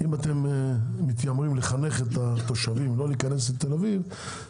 אם אתם מתיימרים לחנך את התושבים לא להיכנס לתל אביב ברכב פרטי,